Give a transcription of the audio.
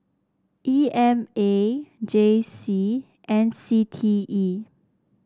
E M A J C and C T E